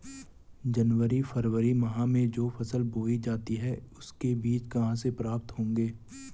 जनवरी फरवरी माह में जो फसल बोई जाती है उसके बीज कहाँ से प्राप्त होंगे?